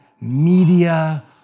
media